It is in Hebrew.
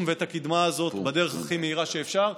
ואת הקדמה הזאת בדרך הכי מהירה שאפשר.